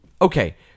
Okay